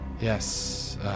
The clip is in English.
Yes